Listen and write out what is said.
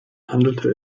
handelte